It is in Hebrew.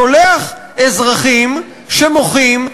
שולח אזרחים שמוחים,